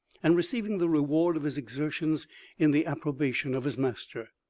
and receiving the reward of his exertions in the approbation of his master.